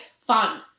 fun